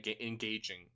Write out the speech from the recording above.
engaging